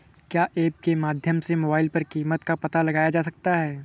क्या ऐप के माध्यम से मोबाइल पर कीमत का पता लगाया जा सकता है?